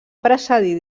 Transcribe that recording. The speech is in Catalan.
precedir